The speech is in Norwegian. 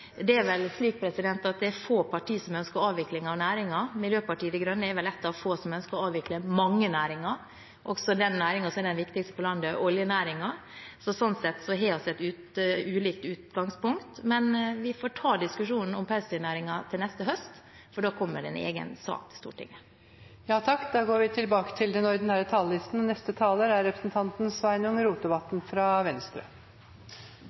Det er vel få partier som ønsker avvikling av næringen. Miljøpartiet De Grønne er vel ett av få som ønsker å avvikle mange næringer, også den næringen som er den viktigste for landet, nemlig oljenæringen, så sånn sett har vi et ulikt utgangspunkt, men vi får ta diskusjonen om pelsdyrnæringen neste høst, for da kommer den som egen sak til Stortinget. Replikkordskiftet er slutt. Takk til Miljøpartiet Dei Grøne som har levert representantforslaget som er utgangspunktet for dagens debatt. Det er